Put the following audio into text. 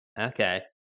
Okay